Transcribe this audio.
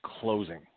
closing